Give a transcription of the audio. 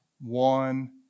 one